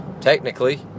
technically